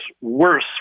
worse